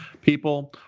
people